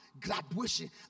graduation